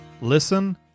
Listen